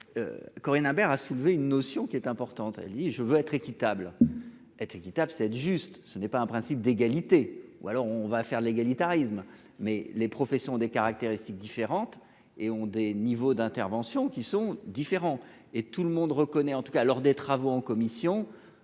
Corinne Imbert a soulevé une notion qui est importante, dit je veux être équitable. Être équitable cette juste ce n'est pas un principe d'égalité ou alors on va faire l'égalitarisme, mais les professions des caractéristiques différentes et ont des niveaux d'intervention qui sont différents et tout le monde reconnaît en tout cas lors des travaux en commission,